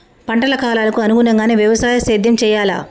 పంటల కాలాలకు అనుగుణంగానే వ్యవసాయ సేద్యం చెయ్యాలా?